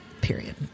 period